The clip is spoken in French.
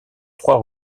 trois